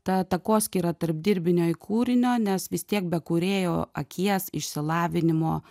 ta takoskyra tarp dirbinio i kūrinio nes vis tiek be kūrėjo akies išsilavinimo